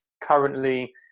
currently